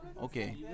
Okay